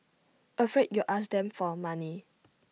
afraid you'll ask them for money